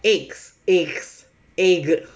eggs eggs egg